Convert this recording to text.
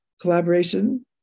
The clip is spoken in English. Collaboration